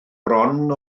bron